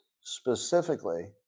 specifically